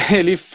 ele